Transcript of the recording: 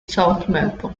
southampton